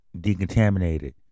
decontaminated